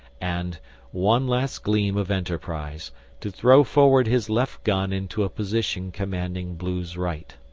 and one last gleam of enterprise to throw forward his left gun into a position commanding blue's right.